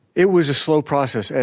it was a slow process. and